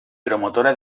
promotora